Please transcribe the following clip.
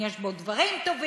אם יש בו דברים טובים,